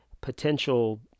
potential